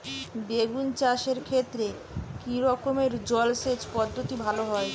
বেগুন চাষের ক্ষেত্রে কি রকমের জলসেচ পদ্ধতি ভালো হয়?